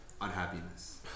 unhappiness